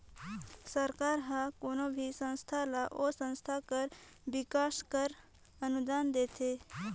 सरकार हर कोनो भी संस्था ल ओ संस्था कर बिकास बर अनुदान देथे